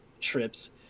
trips